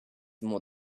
more